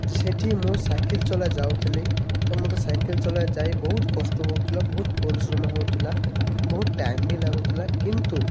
ସେଠି ମୁଁ ସାଇକେଲ ଚଲାଇ ଯାଉଥିଲି ତ ମୋତେ ସାଇକେଲ ଚଲାଇ ଯାଇ ବହୁତ କଷ୍ଟ ହେଉଥିଲା ବହୁତ ପରିଶ୍ରମ ହେଉଥିଲା ବହୁତ ଟାଇମ୍ ବି ଲାଗୁଥିଲା କିନ୍ତୁ